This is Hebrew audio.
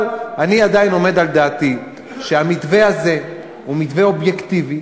אבל אני עדיין עומד על דעתי שהמתווה הזה הוא מתווה אובייקטיבי,